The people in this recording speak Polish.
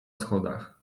schodach